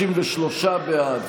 63 בעד,